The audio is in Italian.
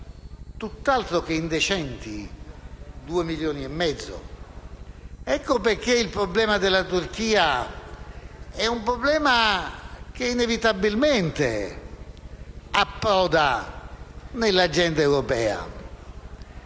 tutt'altro che indecenti - 2,5 milioni. Ecco perché quello della Turchia è un problema che inevitabilmente approda nell'agenda europea.